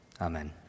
Amen